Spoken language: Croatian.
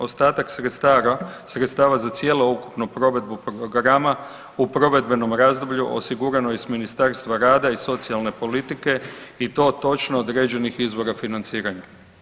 Ostatak sredstava za cjelokupnu provedbu programa u provedbenom razdoblju osigurano je i s Ministarstva rada i socijalne politike i to točno određenih izvora financiranja.